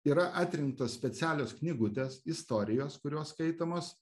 yra atrinktos specialios knygutės istorijos kurios skaitomos